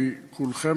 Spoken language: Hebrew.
כי כולכם,